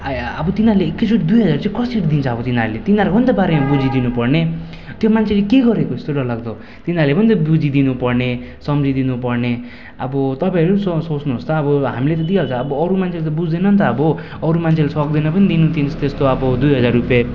आया अब तिनीहरूले एकैचोटि दुई हजार चाहिँ कसरी दिन्छ अब तिनीहरूले तिनीहरूको पनि त बारेमा बुझिदिनु पर्ने त्यो मान्छेले के गरेको यस्तो डरलाग्दो तिनीहरूले पनि त बुझिदिनु पर्ने सम्झिदिनु पर्ने अब तपाईँहरू सोच्नुहोस् त अब हामीले त दिइहाल्छ अब अरू मान्छेले त बुझ्दैन नि त अब अरू मान्छेले सक्दैन पनि दिनु त्यस्तो अब दुई हजार रुपियाँ